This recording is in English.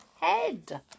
head